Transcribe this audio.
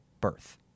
birth